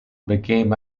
became